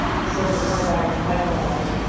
silicon carbide pipe almost.